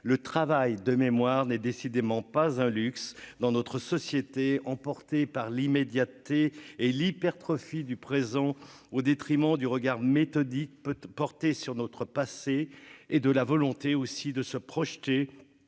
le travail de mémoire n'est décidément pas un luxe dans notre société, emporté par l'immédiateté et l'hypertrophie du présent au détriment du regard méthodique peu porter sur notre passé et de la volonté aussi de se projeter